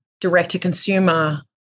direct-to-consumer